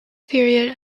period